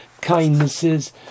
kindnesses